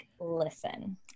listen